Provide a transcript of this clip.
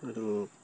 আৰু